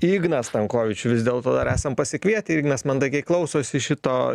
igną stankovičių vis dėlto dar esam pasikvietę ignas mandagiai klausosi šito